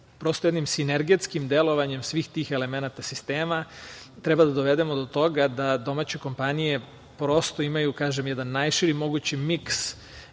prosto jednim sinergijskim delovanjem svih tih elemenata sistema treba da dovedemo do toga da domaće kompanije prosto imaju jedan najširi mogući miks